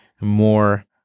more